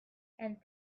and